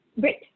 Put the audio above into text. Great